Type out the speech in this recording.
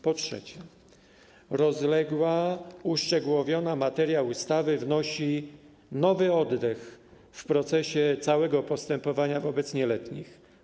Po trzecie, rozległa, uszczegółowiona materia ustawy wnosi nowy oddech w procesie całego postępowania wobec nieletnich.